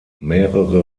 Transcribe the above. mehrere